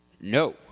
No